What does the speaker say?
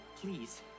please